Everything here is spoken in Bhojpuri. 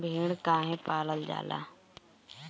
भेड़ काहे पालल जाला?